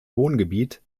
wohngebiet